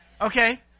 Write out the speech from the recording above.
Okay